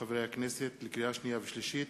חוק ומשפט להכנתה לקריאה שנייה ולקריאה שלישית.